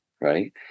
right